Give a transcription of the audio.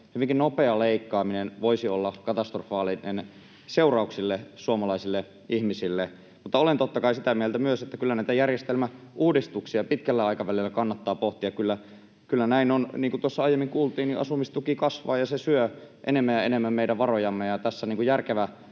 nopea leikkaaminen voisi olla seurauksiltaan katastrofaalinen suomalaisille ihmisille. Olen totta kai myös sitä mieltä, että kyllä näitä järjestelmäuudistuksia pitkällä aikavälillä kannattaa pohtia, kyllä näin on. Niin kuin tuossa aiemmin kuultiin, niin asumistuki kasvaa, ja se syö enemmän ja enemmän meidän varojamme. Tässä järkevä,